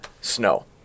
snow